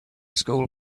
school